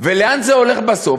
ולאן זה הולך בסוף?